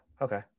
Okay